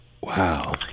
Wow